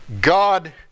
God